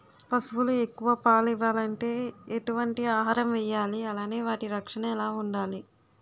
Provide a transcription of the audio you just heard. పశువులు ఎక్కువ పాలు ఇవ్వాలంటే ఎటు వంటి ఆహారం వేయాలి అలానే వాటి రక్షణ ఎలా వుండాలి?